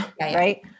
right